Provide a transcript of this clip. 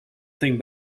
thing